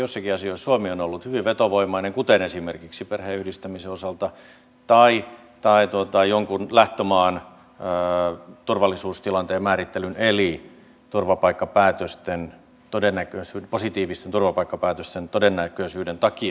joissakin asioissa suomi on ollut hyvin vetovoimainen kuten esimerkiksi perheenyhdistämisen osalta tai jonkun lähtömaan turvallisuustilanteen määrittelyn eli positiivisten turvapaikkapäätösten todennäköisyyden takia